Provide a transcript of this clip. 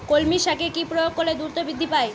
কলমি শাকে কি প্রয়োগ করলে দ্রুত বৃদ্ধি পায়?